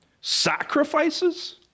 Sacrifices